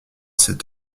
cet